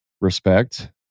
respect